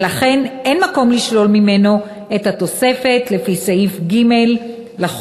ולכן אין מקום לשלול ממנו את התוספת לפי סעיף 7ג לחוק.